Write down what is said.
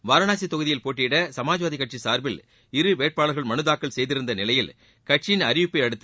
வாரணாசி தொகுதியில் போட்டியிட சுமாஜ்வாதி கட்சி சார்பில் இரு வேட்பாளர்கள் மனுத் தாக்கல் செய்திருந்த நிலையில் கட்சியின் அறிவிப்பை அடுத்து